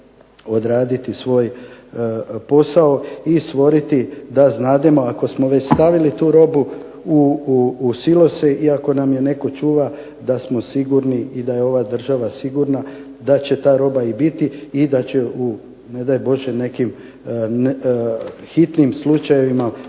odraditi svoj posao i stvoriti da znademo ako smo već stavili tu robu u silose i ako nam je netko čuva da smo sigurni i da je ova država sigurna da će ta roba i biti i da će u ne daj Bože nekim hitnim slučajevima,